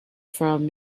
from